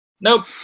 Nope